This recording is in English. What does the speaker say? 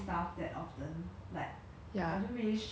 if it's not worse right a good example would be like